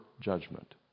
judgment